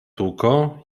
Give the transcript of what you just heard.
tuko